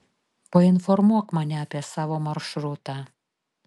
painformuok mane apie savo maršrutą